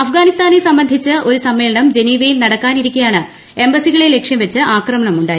അഫ്ഗാനിസ്ഥാനെ സംബന്ധിച്ച് ഒരു സമ്മേളനം ജനീവയിൽ നടക്കാനിരിക്കെയാണ് എംബസികളെ ലക്ഷ്യം വെച്ച് ആക്രമണമുണ്ടായിരിക്കുന്നത്